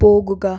പോകുക